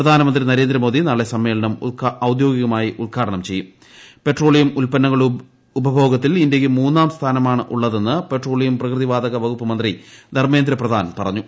പ്രധാനമന്ത്രി നരേന്ദ്രമോദി നാളെ സമ്മേളനം ഔദ്യോഗികമായി ഉദ്ഘാടനം ഉപഭോഗത്തിൽ ഇന്ത്യയ്ക്ക് മൂന്നാം സ്ഥാനമാണ് ഉള്ളതെന്ന് പെട്രോളിയം പ്രകൃതി വാതക വകുപ്പ് മന്ത്രി ധർമ്മേന്ദ്ര പ്രദാൻ പറഞ്ഞു